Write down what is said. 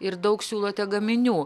ir daug siūlote gaminių